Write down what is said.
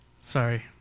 Sorry